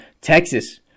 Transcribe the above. Texas